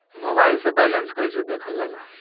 Mobile से balance कइसे देखल जाला?